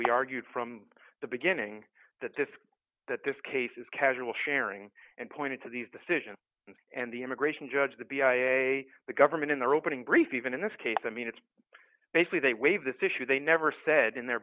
we argued from the beginning that this that this case is casual sharing and pointed to these decisions and the immigration judge the b i a the government in their opening brief even in this case i mean it's basically they waive this issue they never said in their